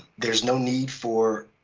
there's no need for